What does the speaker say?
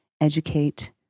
educate